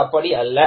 அது அப்படி அல்ல